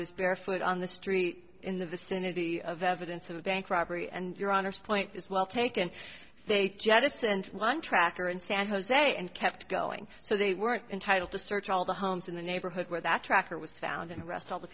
was barefoot on the street in the vicinity of evidence of a bank robbery and your honor's point is well taken they'd jettisoned one tracker in san jose and kept going so they weren't entitled to search all the homes in the neighborhood where that tractor was found in the rest of the